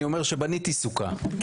אני אומר שבניתי סוכה,